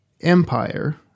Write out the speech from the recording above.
Empire